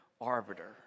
arbiter